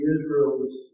Israel's